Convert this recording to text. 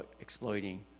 exploiting